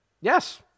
Yes